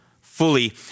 fully